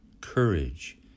courage